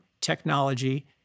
technology